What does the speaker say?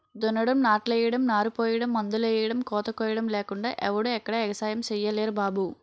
దున్నడం, నాట్లెయ్యడం, నారుపొయ్యడం, మందులెయ్యడం, కోతకొయ్యడం లేకుండా ఎవడూ ఎక్కడా ఎగసాయం సెయ్యలేరు బాబూ